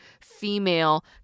female